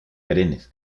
perennes